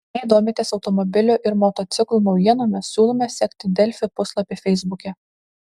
jei domitės automobilių ir motociklų naujienomis siūlome sekti delfi puslapį feisbuke